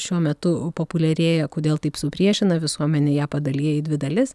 šiuo metu populiarėja kodėl taip supriešina visuomenę ją padalija į dvi dalis